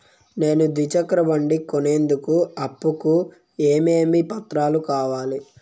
నేను ద్విచక్ర బండి కొనేందుకు అప్పు కు ఏమేమి పత్రాలు కావాలి?